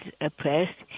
oppressed